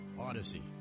odyssey